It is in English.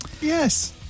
Yes